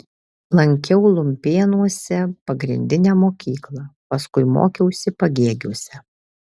lankiau lumpėnuose pagrindinę mokyklą paskui mokiausi pagėgiuose